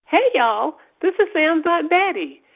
hey, y'all. this is sam's aunt betty.